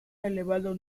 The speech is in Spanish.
elevado